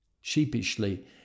Sheepishly